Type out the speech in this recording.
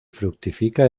fructifica